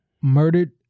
murdered